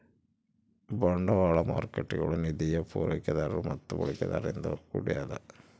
ಬಂಡವಾಳ ಮಾರ್ಕೇಟ್ಗುಳು ನಿಧಿಯ ಪೂರೈಕೆದಾರರು ಮತ್ತು ಬಳಕೆದಾರರಿಂದ ಕೂಡ್ಯದ